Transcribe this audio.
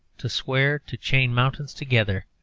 to swear to chain mountains together,